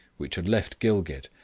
which had left gilgit,